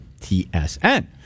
tsn